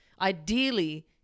Ideally